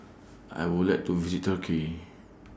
I Would like to visit Turkey